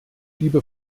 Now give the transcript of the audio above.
liebe